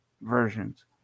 versions